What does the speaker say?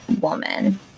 woman